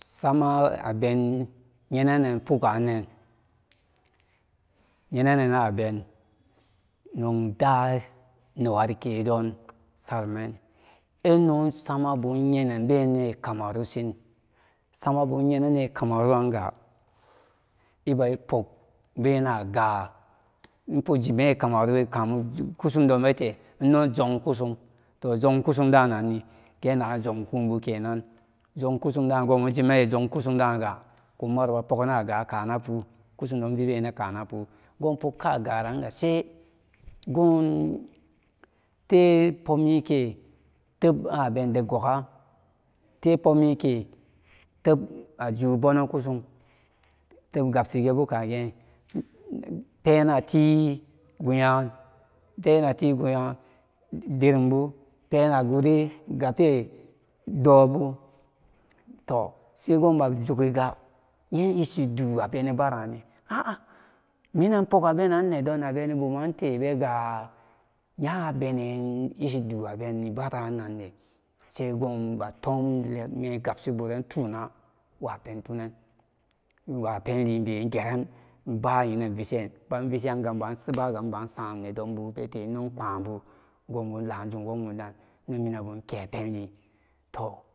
Sama aben yenenen póóganen yenene naben nogda newari kedon sarumen ino samabu yenen benen kamaro shin sama bu iyenene kamaruranga iba ibag benan aga ijime kusumdonete ino junkusum toh junkusumdananni bena jun kubu kenan junkusumdanan jimeni junkusum daga kumaro póóganaga kana póó kusum do ivibenan kana poo gopogka gananga range se gonte pobmike tem abende goga te pobmike tem ajude bonen kasum tebgabsubu kage penati gayan dai nati guya dirumbu penaguri gape dobu toh magjuguba iye ishidu abene bararan ni an punaripoga benauni nedon abeni bumantebega yabeneyi ishidu abenni bara ranne sai gubatum mengabshiburan tuna wapentunen imapenlibe igeran ibayinen vishe ibavishiranga ibansam nedonbu bete ino páánbu gobun lááfum wogmum dan ino minanbu kepenli toh.